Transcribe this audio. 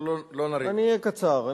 אני אהיה קצר,